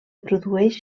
produeix